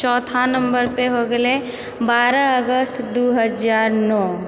चौथा नम्बरपर भऽ गेलै बारह अगस्त दू हजार नओ